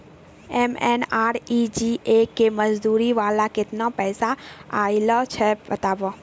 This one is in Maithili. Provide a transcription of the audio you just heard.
एम.एन.आर.ई.जी.ए के मज़दूरी वाला केतना पैसा आयल छै बताबू?